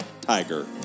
Tiger